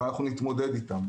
אבל אנחנו נתמודד איתן.